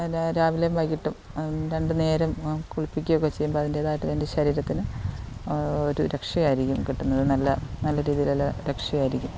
അതിന് രാവിലെയും വൈകിട്ടും രണ്ട് നേരം കുളിപ്പിക്കുകയും ചെയ്യുമ്പോൾ അതിൻറ്റേതായിട്ട് അതിന്റെ ശരീരത്തിന് ഒര് രക്ഷ ആയിരിക്കും കിട്ടുന്നത് നല്ല നല്ല രീതിയിൽ ഉള്ള രക്ഷ ആയിരിക്കും